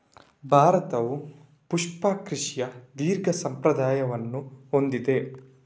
ಭಾರತವು ಪುಷ್ಪ ಕೃಷಿಯ ದೀರ್ಘ ಸಂಪ್ರದಾಯವನ್ನು ಹೊಂದಿದೆ